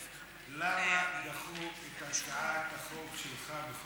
לי, אחי, למה דחו את הצעת החוק שלך?